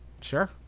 sure